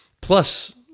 plus